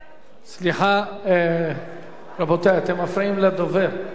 סליחה, רבותי, אתם מפריעים לדובר.